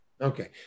Okay